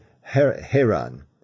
Heron